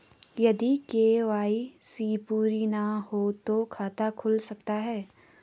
यदि के.वाई.सी पूरी ना हो तो खाता खुल सकता है?